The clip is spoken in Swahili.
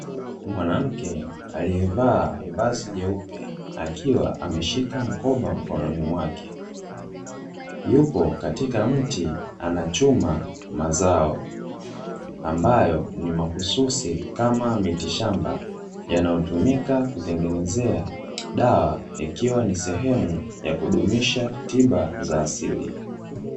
Mwanamke aliyevaa vazi jeupe, akiwa ameshika mkoba mkononi mwake. Yupo katika mti anachuma mazao, ambayo ni mahususi kama miti shamba, yanayotumika kutengenezea dawa ikiwa ni sehemu ya kudumisha tiba za asili.